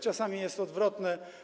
Czasami jest odwrotnie.